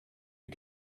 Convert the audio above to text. you